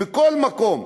בכל מקום.